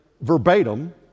verbatim